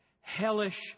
hellish